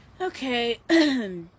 Okay